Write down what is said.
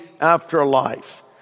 afterlife